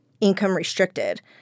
income-restricted